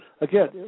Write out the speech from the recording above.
Again